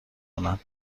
کنند